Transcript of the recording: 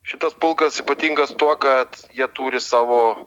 šitas pulkas ypatingas tuo kad jie turi savo